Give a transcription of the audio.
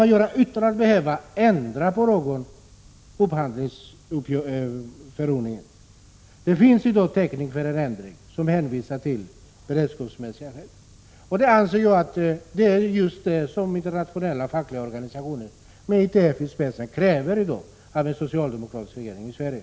1986/87:115 ändra upphandlingsförordningen. Det finns i dag täckning för en förändring 4 maj 1987 med hänvisning till beredskapsskäl. Det är just vad internationella fackliga organisationer med ITF i spetsen i dag kräver av en socialdemokratisk regering i Sverige.